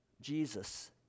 Jesus